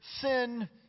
sin